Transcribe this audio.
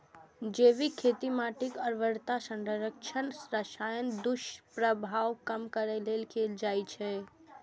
जैविक खेती माटिक उर्वरता संरक्षण आ रसायनक दुष्प्रभाव कम करै लेल कैल जाइ छै